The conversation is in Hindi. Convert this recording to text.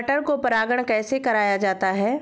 मटर को परागण कैसे कराया जाता है?